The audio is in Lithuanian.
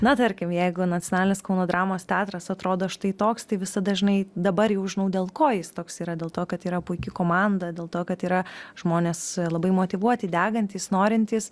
na tarkim jeigu nacionalinis kauno dramos teatras atrodo štai toks tai visada žinai dabar jau žinau dėl ko jis toks yra dėl to kad yra puiki komanda dėl to kad yra žmonės labai motyvuoti degantys norintys